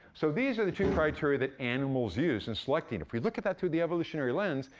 so these are the two criteria that animals use in selecting. if we look at that through the evolutionary lens,